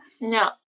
No